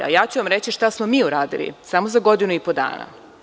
Ja ću vam reći šta smo mi uradili za godinu i po dana.